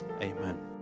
Amen